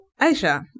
Aisha